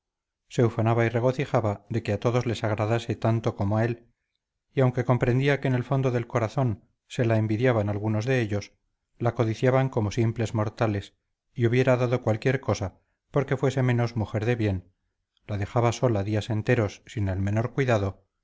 y regocijaba de que a todos les agradase tanto como a él y aunque comprendía que en el fondo del corazón se la envidiaban algunos de ellos la codiciaban como simples mortales y hubieran dado cualquier cosa porque fuera menos mujer de bien la dejaba sola días enteros sin el menor cuidado